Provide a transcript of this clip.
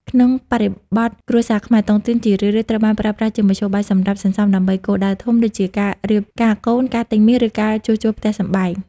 ក្នុងបរិបទគ្រួសារខ្មែរ តុងទីនជារឿយៗត្រូវបានប្រើប្រាស់ជាមធ្យោបាយសម្រាប់ "សន្សំដើម្បីគោលដៅធំ" ដូចជាការរៀបការកូន ការទិញមាស ឬការជួសជុលផ្ទះសម្បែង។